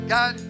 God